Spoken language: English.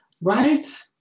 Right